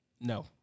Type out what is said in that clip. No